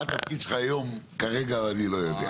מה התפקיד שלך היום, כרגע, אני לא יודע.